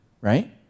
right